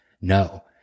no